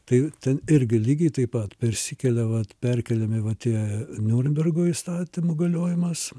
tai ten irgi lygiai taip pat persikelia vat perkeliami va tie niurnbergo įstatymų galiojimas